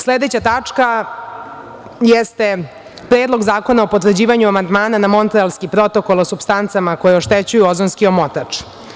Sledeća tačka jeste Predlog zakona o potvrđivanju amandmana na Montrealski protokol o supstancama koje oštećuju ozonski omotač.